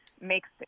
makes